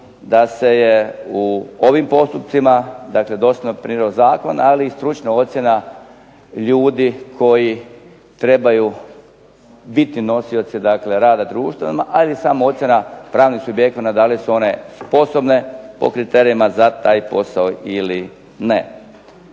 da se je u ovim postupcima, dakle …/Ne razumije se./… zakon, ali i stručna ocjena ljudi koji trebaju biti nosioci dakle rada društva, ali i sama ocjena pravnim subjektima da li su one sposobne po kriterijima za taj posao ili ne.